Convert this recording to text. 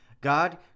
God